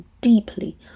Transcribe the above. deeply